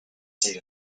state